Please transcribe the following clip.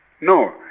No